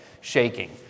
shaking